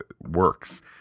works